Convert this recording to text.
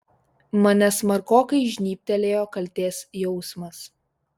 mane smarkokai žnybtelėjo kaltės jausmas